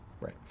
right